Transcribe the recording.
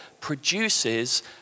produces